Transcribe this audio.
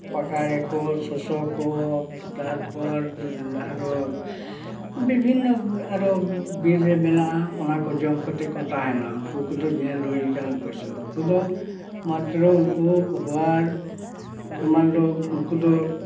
ᱯᱟᱠᱟᱲᱮ ᱠᱚ ᱥᱚᱥᱚ ᱠᱚ ᱛᱟᱨᱯᱚᱨ ᱟᱨᱚ ᱵᱤᱵᱷᱤᱱᱱᱚ ᱟᱨᱚ ᱵᱤᱨ ᱨᱮ ᱟᱱᱟᱜᱼᱟ ᱚᱱᱟᱠᱚ ᱡᱚᱢ ᱠᱟᱛᱮᱫ ᱠᱚ ᱛᱟᱦᱮᱱᱟ ᱩᱱᱠᱩ ᱠᱚᱫᱚ ᱧᱮᱞ ᱦᱩᱭ ᱠᱟᱱᱟ ᱚᱵᱚᱥᱥᱳᱭ ᱩᱱᱠᱩ ᱫᱚ ᱢᱟᱛᱨᱚ ᱩᱱᱠᱩ ᱦᱳᱦᱮᱲ ᱮᱢᱟᱱᱫᱚ ᱩᱱᱠᱩ ᱫᱚ